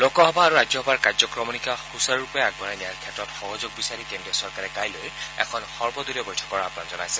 লোকসভা আৰু ৰাজ্যসভাৰ কাৰ্যক্ৰমণিকা সুচাৰুৰূপে আগবঢ়াই নিয়াৰ ক্ষেত্ৰত সহযোগ বিচাৰি কেন্দ্ৰীয় চৰকাৰে কাইলৈ এখন সৰ্বদলীয় বৈঠকৰ আহান জনাইছে